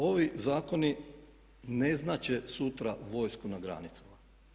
Ovi zakoni ne znače sutra vojsku na granicama.